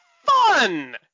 fun